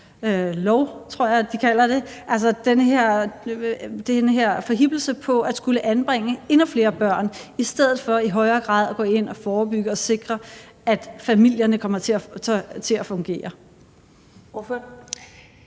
lov, tror jeg de kalder det, altså den her forhippelse på at skulle anbringe endnu flere børn i stedet for i højere grad at gå ind og forebygge og sikre, at familierne kommer til at fungere? Kl.